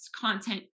content